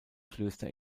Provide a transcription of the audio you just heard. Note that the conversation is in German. klöster